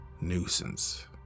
nuisance